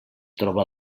troba